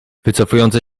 wycofujące